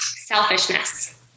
selfishness